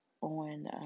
On